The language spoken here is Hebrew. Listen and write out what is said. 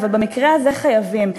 אבל במקרה הזה חייבים.